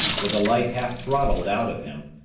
with the life half throttled out of him,